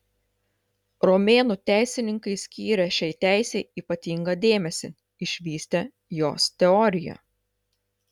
romėnų teisininkai skyrė šiai teisei ypatingą dėmesį išvystė jos teoriją